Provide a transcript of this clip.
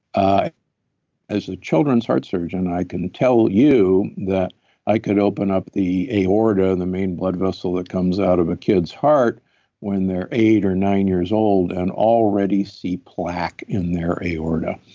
as a children's heart surgeon, i can tell you that i could open up the aorta, and the main blood vessel that comes out of a kid's heart when they're eight or nine years old and already see plaque in their aorta